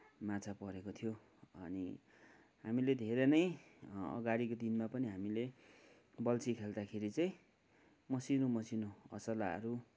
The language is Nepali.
माछा परेको थियो अनि हामीले धेरै नै अगाडिको दिनमा पनि हामीले बल्छी खेल्दाखेरि चाहिँ मसिनो मसिनो असलाहरू